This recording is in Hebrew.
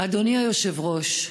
אדוני היושב-ראש,